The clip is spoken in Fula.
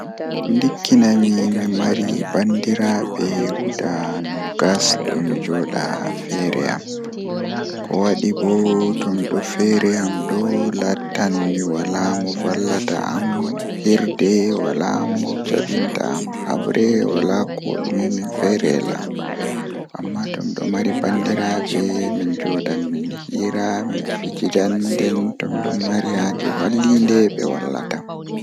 Ndikkana mi So mi waawi ɗonnoogol ko mi waɗi ngoɗɗo kam walla mi waɗi noogas mbuuɗe, miɗo ɗonnoo ngoɗɗo kam. Mi faami ko hayre ngal njidda, sabu mi waɗi e nguurndam mawɗe e ngoodi. Mi waawi nde o njahi e maaɓɓe, ndee ko njelti e jammaaji.